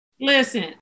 Listen